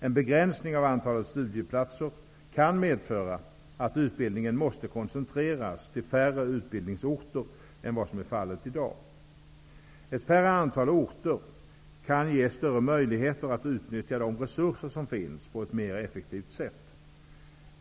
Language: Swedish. En begränsning av antalet studieplatser kan medföra att utbildningen måste koncentreras till färre utbildningsorter än vad som är fallet i dag. Ett mindre antal orter kan ge större möjligheter att utnyttja de resurser som finns på ett mer effektivt sätt.